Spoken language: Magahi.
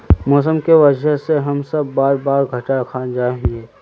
मौसम के वजह से हम सब बार बार घटा खा जाए हीये?